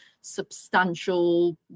substantial